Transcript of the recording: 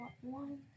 One